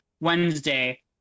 Wednesday